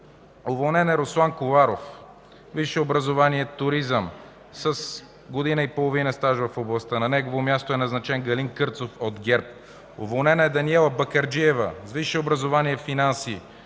Уволнен е Руслан Коларов – висше образование „Туризъм”, с година и половина стаж в областта. На негово място е назначен Галин Кърцов от ГЕРБ. Уволнена е Даниела Бакърджиева – висше образование „Финанси”,